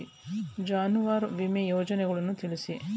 ಜಾನುವಾರು ವಿಮಾ ಯೋಜನೆಯನ್ನು ತಿಳಿಸಿ?